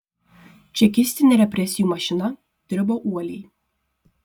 čekistinė represijų mašina dirbo uoliai